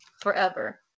forever